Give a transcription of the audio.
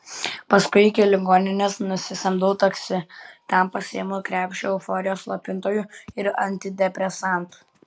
paskui iki ligoninės nusisamdau taksi ten pasiimu krepšį euforijos slopintojų ir antidepresantų